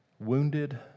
wounded